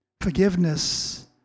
Forgiveness